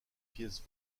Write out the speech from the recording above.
pièces